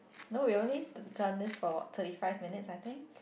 no we only done this for thirty five minutes I think